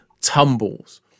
tumbles